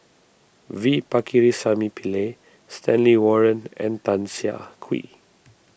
V Pakirisamy Pillai Stanley Warren and Tan Siah Kwee